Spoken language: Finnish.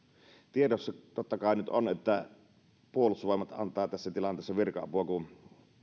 tiedossa totta kai nyt on että puolustusvoimat antaa virka apua kun